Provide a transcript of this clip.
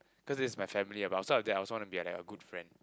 cause this is my family about so that I was want to be like a good friend